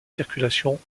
circulations